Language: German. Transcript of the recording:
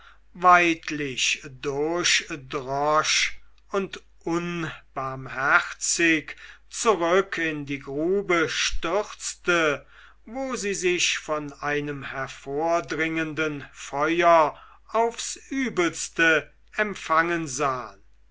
weidlich durchdrosch und unbarmherzig zurück in die grube stürzte wo sie sich von einem hervordringenden feuer aufs übelste empfangen sahen